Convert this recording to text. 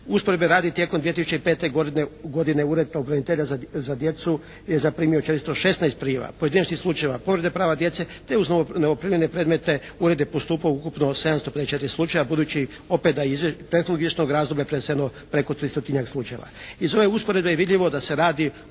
Usporedbe radi, tijekom 2005. godine Ured pravobranitelja za djecu je zaprimio 416 prijava, pojedinačnih slučajeva, povrede prava djece te uz novoprimljene predmete ujedno je postupao u ukupno 754 slučajeva budući opet da iz prethodnog izvještajnog razdoblja preneseno preko tristotinjak